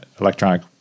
electronic